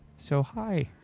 so hi.